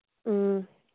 ꯎꯝ